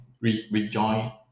rejoin